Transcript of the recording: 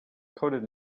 coded